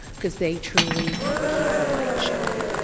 because they truly keep the light shining.